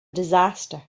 disaster